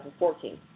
2014